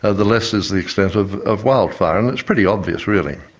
ah the less is the extent of of wildfire. and it's pretty obvious really.